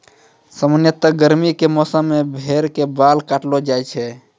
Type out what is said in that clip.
सामान्यतया गर्मी के मौसम मॅ भेड़ के बाल काटलो जाय छै